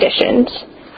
conditions